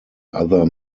other